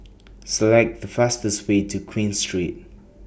Select The fastest Way to Queen Street